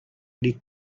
really